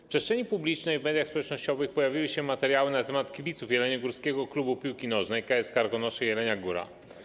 W przestrzeni publicznej oraz w mediach społecznościowych pojawiły się materiały na temat „kibiców” jeleniogórskiego klubu piłki nożnej KS Karkonosze Jelenia Góra.